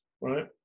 right